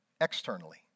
externally